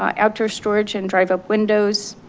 um after storage and drive up windows.